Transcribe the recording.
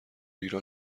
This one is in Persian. ایران